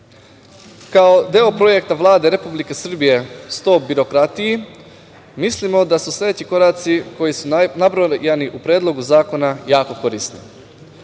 Kao deo projekta Vlade Republike Srbije – Stop birokratiji, mislimo da se sledeći koraci koji su nabrojani u Predlogu zakona jako korisni,